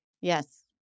Yes